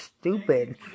stupid